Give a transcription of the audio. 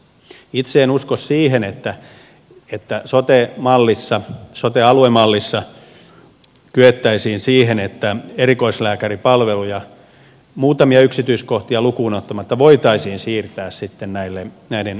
itse en usko siihen että sote aluemallissa kyettäisiin siihen että erikoislääkäripalveluja muutamia yksityiskohtia lukuun ottamatta voitaisiin siirtää sitten näiden terveyskeskusten toteutettavaksi